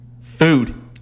Food